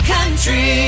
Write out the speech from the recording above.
Country